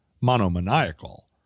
monomaniacal